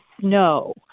snow